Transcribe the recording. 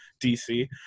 DC